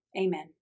amen